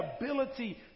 ability